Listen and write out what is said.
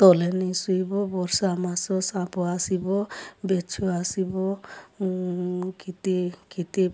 ତଲେ ନାଇ ଶୁଇବ ବର୍ଷା ମାସ ସାପ ଆସିବ ବିଛୁ ଆସିବ କେତେ କେତେ